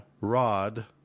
Rod